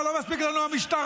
מה, לא מספיק לנו המשטרה?